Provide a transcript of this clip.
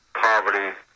poverty